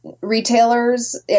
retailers